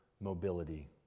mobility